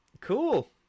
Cool